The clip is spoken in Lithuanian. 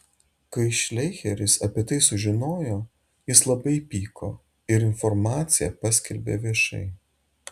kai šleicheris apie tai sužinojo jis labai įpyko ir informaciją paskelbė viešai